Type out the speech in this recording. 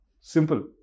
Simple